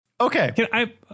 Okay